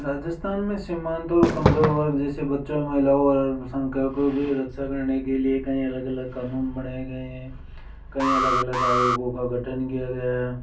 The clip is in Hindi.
राजस्थान में सीमांत और कमजोर हुआ जैसे बच्चों महिलाओं सख्याओं की रक्षा करने के लिए कई अलग अलग कानून बनाए गए हैं कईं अलग अलग आयोगों का गठन किया गया है